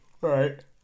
Right